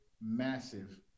massive